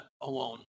alone